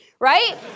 Right